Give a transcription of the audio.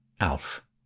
ALF